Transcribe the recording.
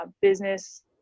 business